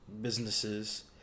businesses